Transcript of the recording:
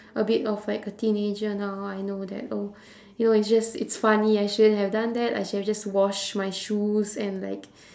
a bit of like a teenager now I know that oh you know it's just it's funny I shouldn't have done that I should have just wash my shoes and like